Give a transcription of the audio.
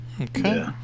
Okay